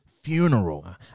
funeral